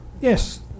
Yes